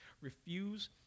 Refuse